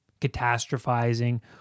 catastrophizing